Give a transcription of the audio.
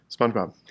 SpongeBob